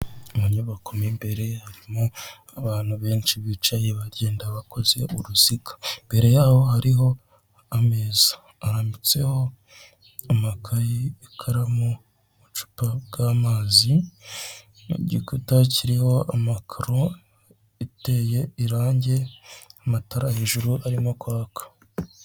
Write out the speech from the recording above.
Mu nyubako mu imbere harimo abantu benshi bicaye bagenda bakoze uruziga, imbere yaho hariho ameza arambitseho amakayi, ikaramu, ubucupa bw'amazi, igikuta kiriho amakaro iteye irange amatara hejuru arimo kwaka.